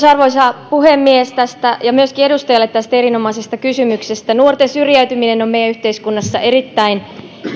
arvoisa puhemies kiitos edustajalle tästä erinomaisesta kysymyksestä nuorten syrjäytyminen on meidän yhteiskunnassamme erittäin